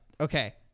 okay